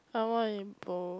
I want to eat both